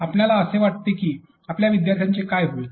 आपणास असे वाटते की आपल्या विद्यार्थ्यांचे काय होईल